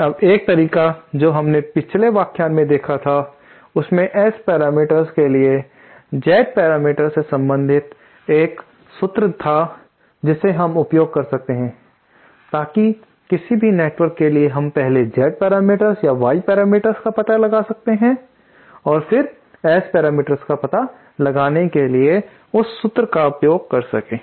अब 1 तरीका जो हमने अपने पिछले व्याख्यान में देखा था उसमें S पैरामीटर्स के लिए Z पैरामीटर्स से संबंधित एक सूत्र था जिसे हम उपयोग कर सकते हैं ताकि किसी भी नेटवर्क के लिए हम पहले Z पैरामीटर्स या Y पैरामीटर्स का पता लगा सके और फिर S पैरामीटर्स का पता लगाने के लिए उस सूत्र का उपयोग कर सकें